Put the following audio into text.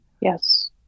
Yes